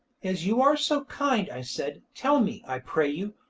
as you are so kind, i said, tell me, i pray you,